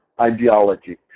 ideology